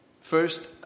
first